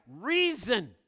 reason